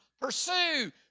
Pursue